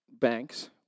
banks